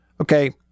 okay